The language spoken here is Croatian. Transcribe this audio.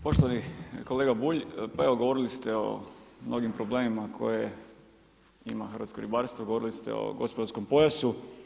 Poštovani kolega Bulj, pa evo govorili ste o mnogim problemima koje ima hrvatsko ribarstvo, govorili ste o gospodarskom pojasu.